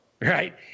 right